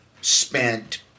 spent